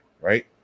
right